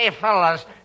fellas